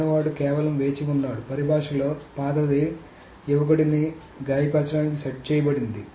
చిన్నవాడు కేవలం వేచి ఉన్నాడు పరిభాషలో పాతది యువకుడిని గాయపరచడానికి సెట్ చేయబడింది